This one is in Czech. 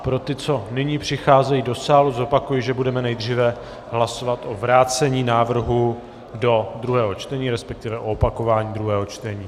Pro ty, co nyní přicházejí do sálu, zopakuji, že budeme nejdříve hlasovat o vrácení návrhu do druhého čtení, respektive opakování druhého čtení....